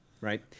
right